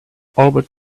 albert